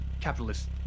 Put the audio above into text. capitalist